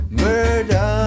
murder